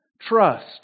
trust